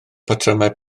patrymau